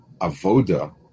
avoda